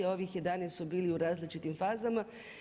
Ovih 11 su bili u različitim fazama.